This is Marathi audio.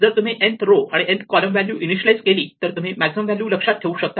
जर तुम्ही nth रो आणि nth कॉलम व्हॅल्यू इनिशियालाइज केली तर तुम्ही मॅक्झिमम व्हॅल्यू लक्षात ठेवू शकता